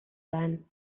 sein